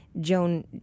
Joan